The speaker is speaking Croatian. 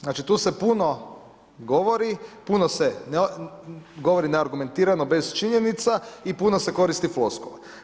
Znači tu se puno govori, puno se govori neargumentirano, bez činjenica i puno se koristi floskula.